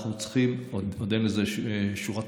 עוד אין לזה שורה תחתונה,